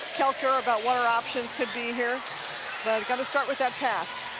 koelker about what her options could be here got to start with that pass